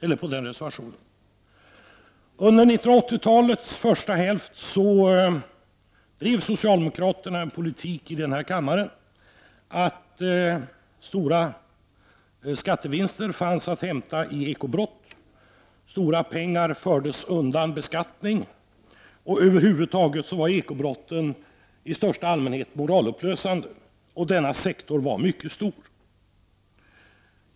Under 1980-talets första hälft drev socialdemokraterna en politik i denna kammare som gick ut på att stora skattevinster fanns att hämta i ekobrotten; stora pengar fördes undan beskattning och ekobrotten var över huvud taget i största allmänhet moralupplösande, och denna sektor var mycket stor.